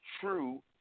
true